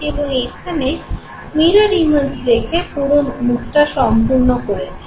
এবং এখানে mirror image রেখে পুরো মুখটা সম্পূর্ণ করেছি